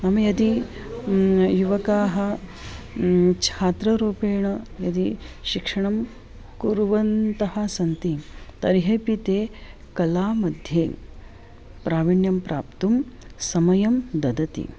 मम यदि युवकाः छात्ररूपेण यदि शिक्षणं कुर्वन्तः सन्ति तर्ह्यपि ते कलामध्ये प्रावीण्यं प्राप्तुं समयं ददति